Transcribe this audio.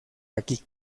aquí